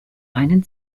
einen